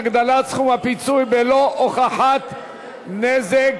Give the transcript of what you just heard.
הגדלת סכום הפיצוי בלא הוכחת נזק)